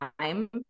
time